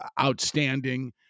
outstanding